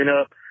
up